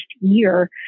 year